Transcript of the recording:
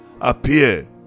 appear